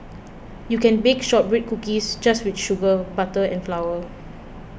you can bake Shortbread Cookies just with sugar butter and flour